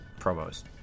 promos